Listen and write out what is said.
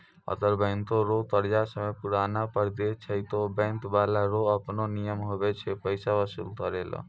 अगर बैंको रो कर्जा समय पुराला पर नै देय छै ते बैंक बाला रो आपनो नियम हुवै छै पैसा बसूल करै रो